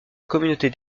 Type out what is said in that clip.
communauté